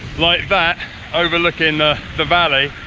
like that overlooking the valley